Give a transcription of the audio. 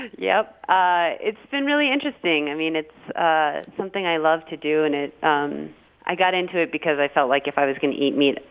yep. it's been really interesting. i mean, it's ah something i love to do. and it um i got into it because i felt like if i was going to eat meat,